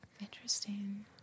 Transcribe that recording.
Interesting